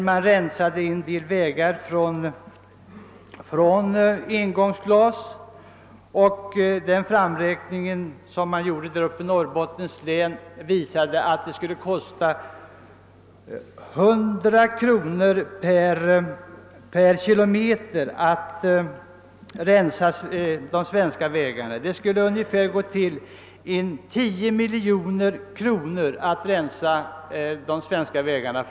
Man rensade en del vägar i Norrbottens län från engångsglas, och den framräkning som gjordes visade att det skulle kosta 100 kronor per kilometer, eller sammanlagt ungefär 10 miljoner kronor, att städa de svenska vägarna.